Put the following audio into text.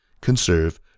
conserve